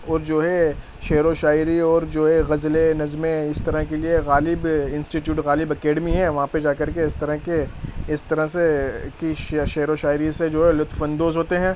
اور جو ہے شعر و شاعری اور جو ہے غزلیں نظمیں اس طرح کے لیے غالب انسٹیٹیوٹ غالب اکیڈمی ہے وہاں پہ جا کر کے اس طرح کے اس طرح سے کہ شعر و شاعری سے جو ہے لطف اندوز ہوتے ہیں